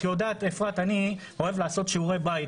את יודעת, אפרת, אני אוהב לעשות שיעורי בית.